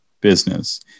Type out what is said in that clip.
business